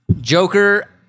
Joker